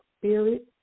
spirit